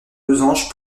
losange